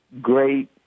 great